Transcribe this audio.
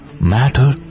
Matter